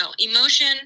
emotion